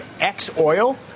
ex-oil